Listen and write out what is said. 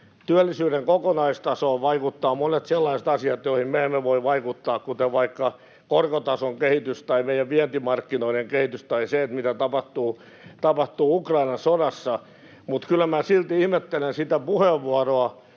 työllisyyden kokonaistasoon vaikuttavat monet sellaiset asiat, joihin me emme voi vaikuttaa, kuten vaikka korkotason kehitys tai meidän vientimarkkinoiden kehitys tai se, mitä tapahtuu Ukrainan sodassa. Mutta kyllä minä silti ihmettelen sitä puheenvuoroa,